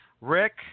Rick